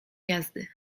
jazdy